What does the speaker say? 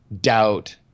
doubt